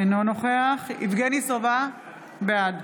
אינו נוכח יבגני סובה, בעד